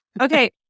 okay